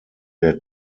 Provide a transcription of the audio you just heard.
der